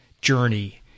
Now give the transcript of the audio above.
journey